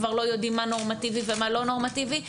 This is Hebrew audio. כבר לא יודעים מה נורמטיבי ומה לא נורמטיבי,